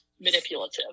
manipulative